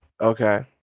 okay